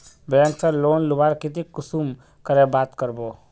Bank से loan लुबार केते कुंसम करे बात करबो?